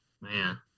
man